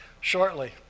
shortly